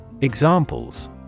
Examples